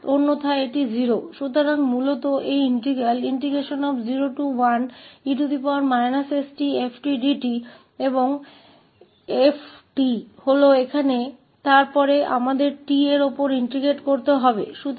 तो मूल रूप से हम इस अभिन्न 01e stfdt के साथ बने हुए हैं और 𝑓𝑡 यहां 1 है और फिर हमें 𝑡 से अधिक एकीकृत करने की आवश्यकता है